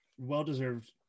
Well-deserved